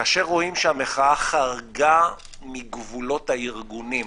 כאשר רואים שהמחאה חרגה מגבולות הארגונים,